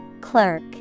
Clerk